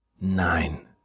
Nein